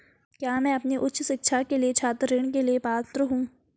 क्या मैं अपनी उच्च शिक्षा के लिए छात्र ऋण के लिए पात्र हूँ?